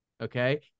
Okay